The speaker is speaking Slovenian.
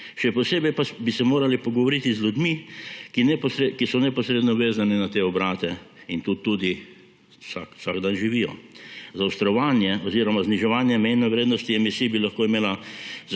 Še posebej pa bi se morali pogovoriti z ljudmi, ki so neposredno vezani na te obrate in tu tudi vsak dan živijo. Zaostrovanje oziroma zniževanje mejne vrednosti emisij bi lahko imela